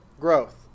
growth